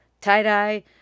tie-dye